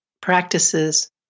practices